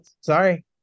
Sorry